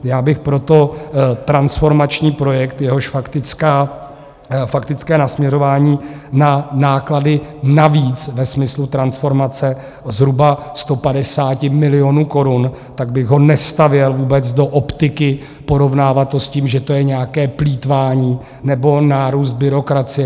Já bych proto transformační projekt, jehož faktické nasměrování na náklady navíc ve smyslu transformace zhruba 150 milionů korun, tak bych ho nestavěl vůbec do optiky porovnávat to s tím, že to je nějaké plýtvání nebo nárůst byrokracie.